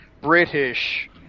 British